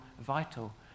vital